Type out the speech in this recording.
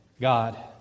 God